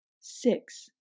Six